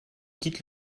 quitte